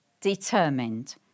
determined